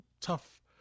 tough